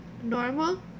Normal